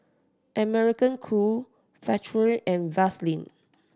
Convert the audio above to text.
American Crew Factorie and Vaseline